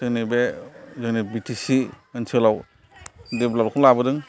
जोंनि बे जोंनि बि टि सि ओनसोलाव देब्लाबखौ लाबोदों